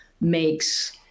makes